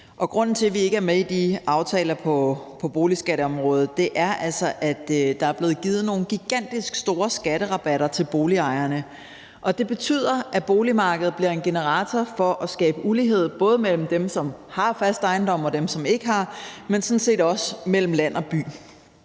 Grunden til, at vi ikke er med i de aftaler på boligskatteområdet, er altså, at der er blevet givet nogen gigantisk store skatterabatter til boligejerne, og det betyder, at boligmarkedet bliver en generator for at skabe ulighed, både mellem dem, som har fast ejendom, og dem, som ikke har, men sådan set også mellem land og by.